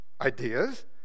ideas